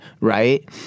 Right